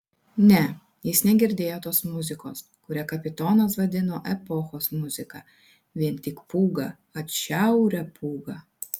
ne jis negirdėjo tos muzikos kurią kapitonas vadino epochos muzika vien tik pūgą atšiaurią pūgą